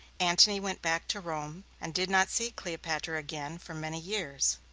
antony went back to rome, and did not see cleopatra again for many years.